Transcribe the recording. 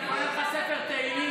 אני קונה לך ספר תהילים,